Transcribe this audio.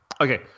okay